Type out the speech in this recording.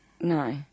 No